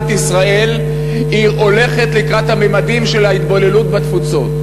ישראל הולכת לקראת הממדים של ההתבוללות בתפוצות.